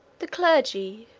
the clergy,